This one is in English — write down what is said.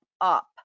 up